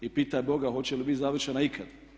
I pitaj Boga hoće li biti završena ikad.